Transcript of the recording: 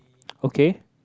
okay